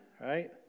right